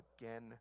again